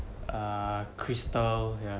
uh crystal yeah